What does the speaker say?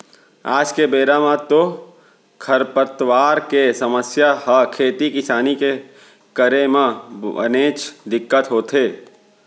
आज के बेरा म तो खरपतवार के समस्या ह खेती किसानी के करे म बनेच दिक्कत होथे